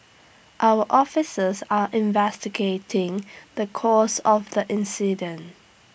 our officers are investigating the cause of the incident